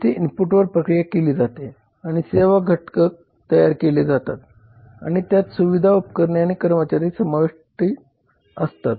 जेथे इनपुटवर प्रक्रिया केली जाते आणि सेवा घटक तयार केले जातात आणि त्यात सुविधा उपकरणे आणि कर्मचारी समाविष्ट असतात